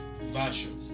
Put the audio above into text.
version